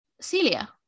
Celia